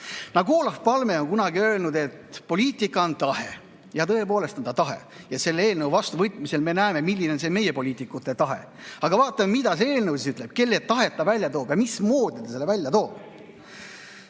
Nagu Olof Palme on kunagi öelnud: poliitika on tahe. Ja tõepoolest on ta tahe ja selle eelnõu vastuvõtmisel me näeme, milline on meie poliitikute tahe. Aga vaatame, mida see eelnõu siis ütleb, kelle tahet ta välja toob ja mismoodi ta selle välja toob.